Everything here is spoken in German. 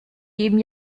geben